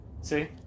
See